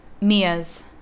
Mia's